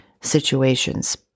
situations